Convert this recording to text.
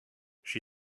she